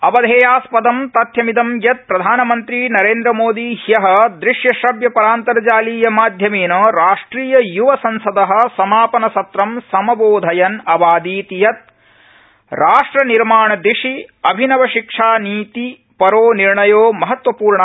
अवधेयास्पदं तथ्यमिदं यत् प्रधानमन्त्री नरेन्द्रमोदी हय हृश्य श्रव्य परान्तर्जालीय माध्यमेन राष्ट्रियय्वसंसद समापनसत्रं सम्बोधयन् अवादीत् यत् राष्ट्रनिर्माणदिशि अभिनवशिक्षानीतिपरो निर्णयो वर्तते महत्वपूर्ण